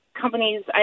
companies